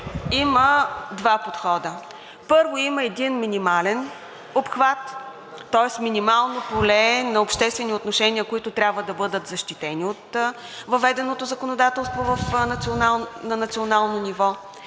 има два подхода. Първо, има един минимален обхват, тоест минимално поле на обществени отношения, които трябва да бъдат защитени от въведеното законодателство на национално ниво,